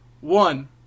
one